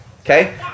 Okay